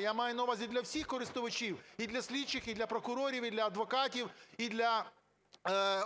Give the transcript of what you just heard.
я маю на увазі для всіх користувачів – і для слідчих, і для прокурорів, і для адвокатів, і для